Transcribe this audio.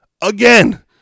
again